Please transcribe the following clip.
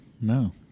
No